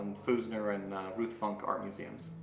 foosaner and ruth funk art museums.